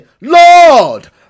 Lord